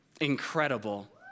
incredible